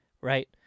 right